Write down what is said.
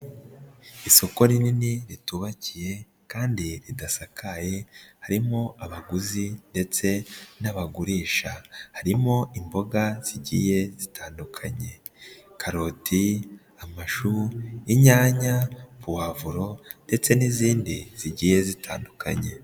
Isoko rinini ritubakiye kandi ridasakaye, harimo abaguzi ndetse n'abagurisha, harimo imboga zigiye zitandukanye: karoti, amashu, inyanya, puwavuro ndetse n'izindi zigiye zitandukanye.